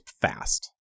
fast